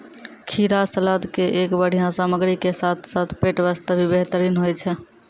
खीरा सलाद के एक बढ़िया सामग्री के साथॅ साथॅ पेट बास्तॅ भी बेहतरीन होय छै